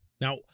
Now